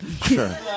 Sure